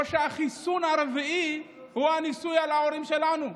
או שהחיסון הרביעי הוא הניסוי על ההורים שלנו,